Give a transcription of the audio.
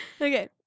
okay